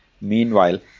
meanwhile